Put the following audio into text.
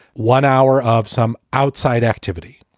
one hour of some outside activity.